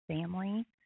family